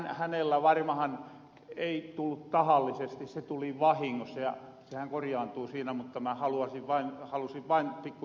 hänellä varmahan ei tuu tahallisesti se tuli vahingossa ja sehän korjaantuu siinä mutta mä halusin vain pikkuisen huomauttaa